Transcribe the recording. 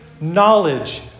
knowledge